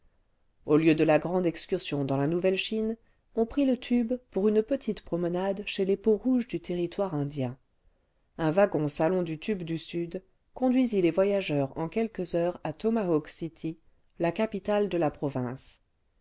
au lieu de la grande excursion clans la nouvelle chine on prit le tube pour une petite promenade chez les peaux-rouges du territoire indien un wagon salon du tube du sud conduisit les voyageurs en quelques heures à tomahawk city la capitale de la province